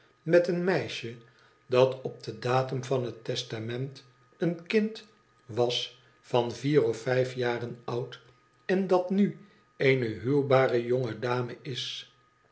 met een meisje dat op den datum van het testament een kind was van vier of vijf jaren oud en dat nu eene huwbare jonge dame is